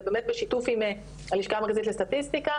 זה באמת בשיתוף עם הלשכה המרכזית לסטטיסטיקה.